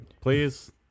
please